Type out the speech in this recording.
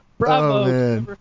Bravo